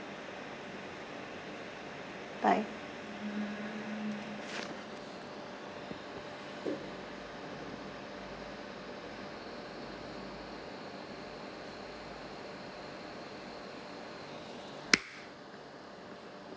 bye